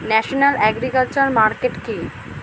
National agriculture market কি?